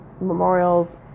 memorials